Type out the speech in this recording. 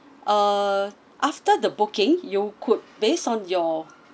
uh after the booking you could based on your